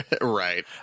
Right